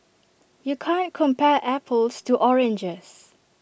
you can't compare apples to oranges